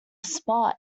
spot